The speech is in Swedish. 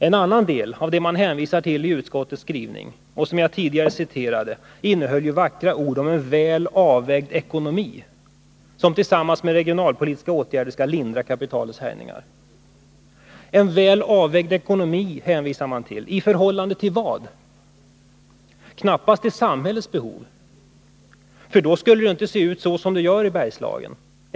En annan del av det man hänvisade till i utskottets skrivning — och som jag tidigare citerade — innehöll vackra ord om ”en väl avvägd ekonomi som tillsammans med regionalpolitiska åtgärder skall lindra kapitalets härjningar.” — ”En väl avvägd ekonomi” hänvisar man till. I förhållande till vad? Knappast till samhällets behov, för då skulle det ju inte se ut som det nu gör i Bergslagen.